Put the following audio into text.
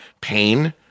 pain